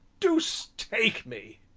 deuce take me!